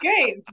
great